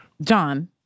John